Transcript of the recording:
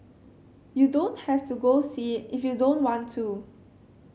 you don't have to go see it if you don't want to